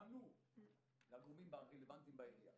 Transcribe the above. הם פנו לגורמים הרלוונטיים בעירייה